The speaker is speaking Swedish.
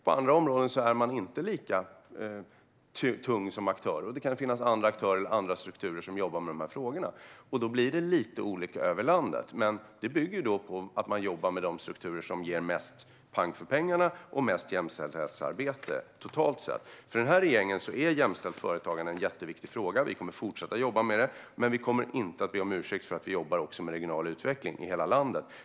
På andra områden är man inte lika tung som aktör. Det kan finnas andra aktörer och andra strukturer som jobbar med frågorna, och då blir det lite olika över landet. Det bygger på att man jobbar med de strukturer som ger mest pang för pengarna och mest jämställdhetsarbete totalt sett. För den här regeringen är jämställt företagande en jätteviktig fråga. Vi kommer att fortsätta att jobba med det. Men vi kommer inte att be om ursäkt för att vi också jobbar med regional utveckling i hela landet.